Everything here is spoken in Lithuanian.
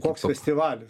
koks festivalis